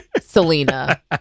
selena